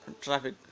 traffic